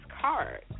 card